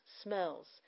smells